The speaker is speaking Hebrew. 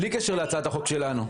בלי קשר להצעת החוק שלנו,